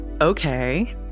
Okay